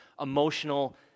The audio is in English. emotional